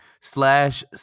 slash